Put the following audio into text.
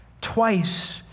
twice